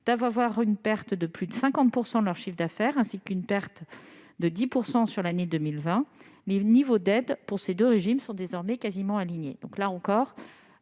subir une perte de plus de 50 % de leur chiffre d'affaires, ainsi qu'une perte de 10 % sur l'année 2020 -, les niveaux d'aide pour ces deux régimes sont désormais quasiment alignés. Là encore,